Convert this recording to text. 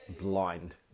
blind